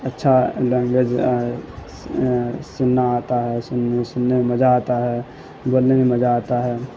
اچھا لینگویج سننا آتا ہے سن سننے میں مزہ آتا ہے بولنے میں مزہ آتا ہے